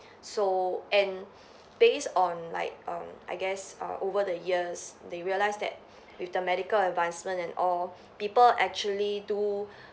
so and based on like um I guess err over the years they realised that with the medical advancement and all people actually do